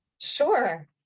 sure